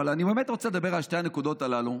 אבל אני באמת רוצה לדבר על שתי הנקודות הללו,